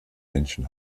menschen